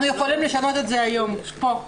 אנחנו יכולים לשנות את זה היום פה.